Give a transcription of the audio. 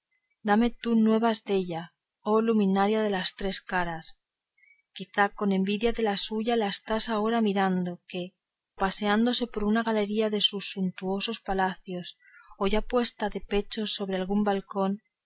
dame tú nuevas della oh luminaria de las tres caras quizá con envidia de la suya la estás ahora mirando que o paseándose por alguna galería de sus suntuosos palacios o ya puesta de pechos sobre algún balcón